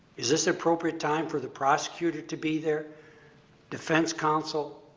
is this appropriate time for the prosecutor to be their defense counsel?